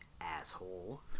asshole